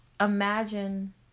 imagine